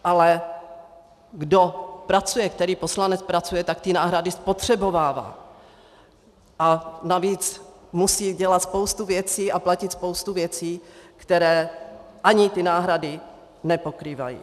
Ale kdo pracuje, který poslanec pracuje, tak ty náhrady spotřebovává a navíc musí dělat spoustu věcí a platit spoustu věcí, které ani ty náhrady nepokrývají.